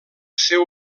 seu